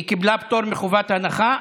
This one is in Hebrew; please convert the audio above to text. היא קיבלה פטור מחובת הנחה.